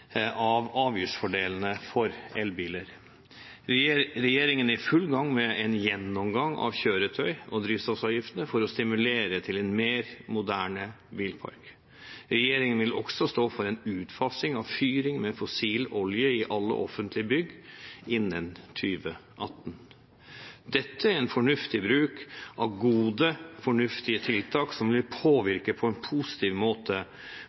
av avgiftsfordelene for elbiler. Regjeringen er i full gang med en gjennomgang av kjøretøy- og drivstoffavgiftene for å stimulere til en mer moderne bilpark. Regjeringen vil også stå for en utfasing av fyring med fossil olje i alle offentlige bygg innen 2018. Dette er en fornuftig bruk av gode, fornuftige tiltak, som på en positiv måte